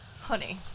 honey